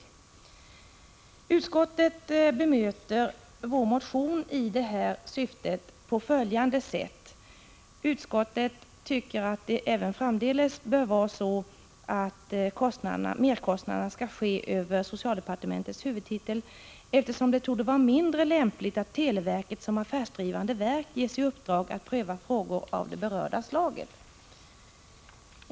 I Utskottet bemöter vår motion beträffande detta genom att säga att man tycker att merkostnaderna även framdeles skall ske över socialdepartementets huvudtitel, eftersom det torde vara mindre lämpligt att televerket som affärsdrivande verk ges i uppdrag att pröva frågor av det berörda slaget.